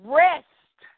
rest